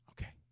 Okay